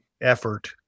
effort